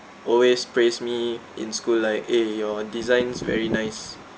always praise me in school like eh your designs very nice